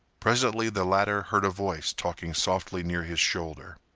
presently the latter heard a voice talking softly near his shoulder.